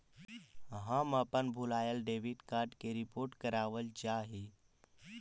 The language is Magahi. हम अपन भूलायल डेबिट कार्ड के रिपोर्ट करावल चाह ही